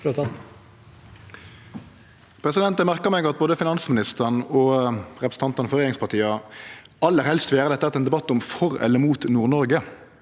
Eg merkar meg at både finansministeren og representantane frå regjeringspartia aller helst vil gjere dette til ein debatt om for eller imot Nord-Noreg.